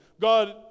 God